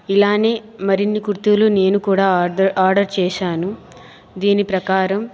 ఇలానే మరిన్ని కుర్తీలు నేను కూడా ఆర్డర్ ఆర్డర్ చేశాను దీని ప్రకారం